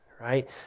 right